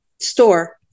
store